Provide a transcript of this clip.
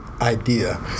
idea